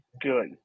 good